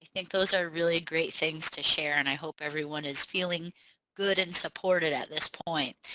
think those are really great things to share and i hope everyone is feeling good and supported at this point.